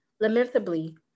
Lamentably